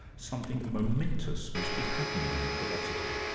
something momentous must be happening in philosophy.